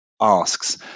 asks